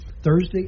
Thursday